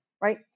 right